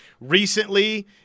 recently